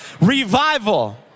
Revival